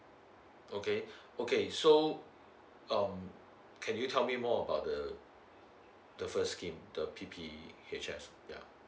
okay okay so um can you tell me more about the the first scheme the P P H S yeah